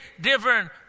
different